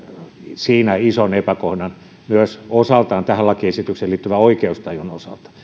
siinä ison epäkohdan osaltaan myös tähän lakiesitykseen liittyvän oikeustajun osalta